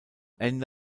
ende